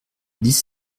dix